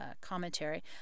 commentary